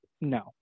No